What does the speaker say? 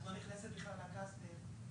מאוד ברור, אני חושב, בניגוד למצב הקודם שהיו